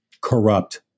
corrupt